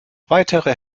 weitere